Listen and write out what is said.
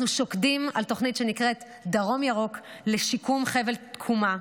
אנחנו שוקדים על תוכנית שנקראת "דרום ירוק" לשיקום חבל תקומה.